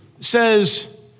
says